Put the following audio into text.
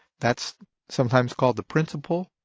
that's sometimes called the principal.